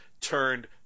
turned